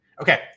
okay